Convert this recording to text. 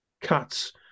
cuts